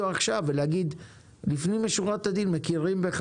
עכשיו ולהגיד שלפנים משורת הדין מכירים בך,